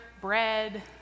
bread